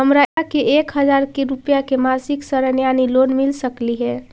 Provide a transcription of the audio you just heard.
हमरा के एक हजार रुपया के मासिक ऋण यानी लोन मिल सकली हे?